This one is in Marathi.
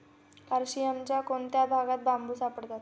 अरशियामाच्या कोणत्या भागात बांबू सापडतात?